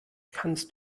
kannst